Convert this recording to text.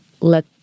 let